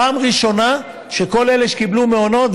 בפעם הראשונה כל אלה שקיבלו מעונות,